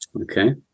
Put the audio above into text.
Okay